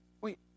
Wait